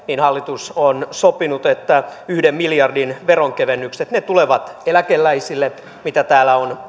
niin hallitus on sopinut että yhden miljardin veronkevennykset tulevat eläkeläisille mitä täällä on